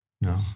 No